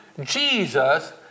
Jesus